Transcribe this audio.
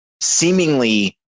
seemingly